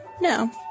No